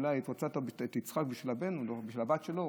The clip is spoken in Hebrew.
אולי הוא רצה את יצחק בשביל הבת שלו.